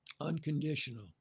unconditional